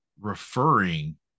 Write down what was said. referring